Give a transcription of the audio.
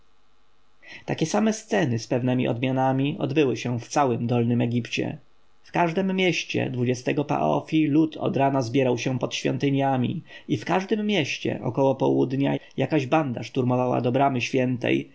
takie same sceny z pewnemi odmianami odbyły się w całym dolnym egipcie w każdem mieście paf lud od rana zbierał się pod świątyniami i w każdem mieście około południa jakaś banda szturmowała do bramy świętej